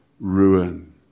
ruin